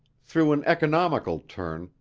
through an economical turn,